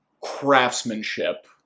craftsmanship